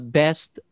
best